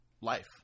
life